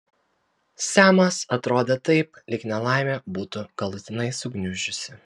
semas atrodė taip lyg nelaimė būtų galutinai sugniuždžiusi